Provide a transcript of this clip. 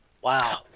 Wow